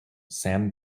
sam